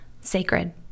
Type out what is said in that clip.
sacred